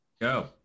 go